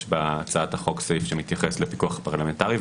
יש בהצעת החוק סעיף שמתייחס לפיקוח פרלמנטרי.